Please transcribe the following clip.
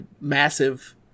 massive